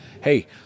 hey